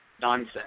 nonsense